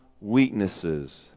weaknesses